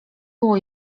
było